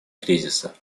кризиса